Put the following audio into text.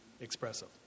expressive